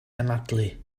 anadlu